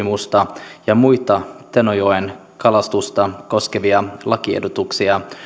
välistä rajajokisopimusta ja muita tenojoen kalastusta koskevia lakiehdotuksia